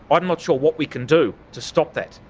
i'm not sure what we can do to stop that,